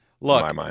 Look